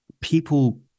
people